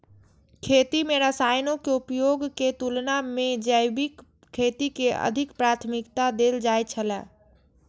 खेती में रसायनों के उपयोग के तुलना में जैविक खेती के अधिक प्राथमिकता देल जाय छला